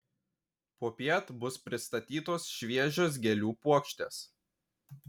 popiet bus pristatytos šviežios gėlių puokštės